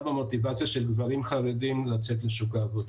במוטיבציה של גברים חרדים לצאת לשוק העבודה.